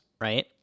right